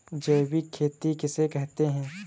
जैविक खेती किसे कहते हैं?